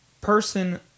person